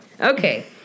Okay